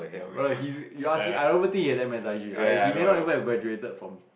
brother he you ask me I don't think he have M_S_I_G he may not even have graduated from